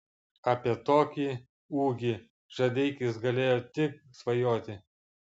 apie tokį ūgį žadeikis galėjo tik svajoti